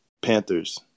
Panthers